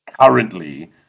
currently